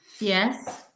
Yes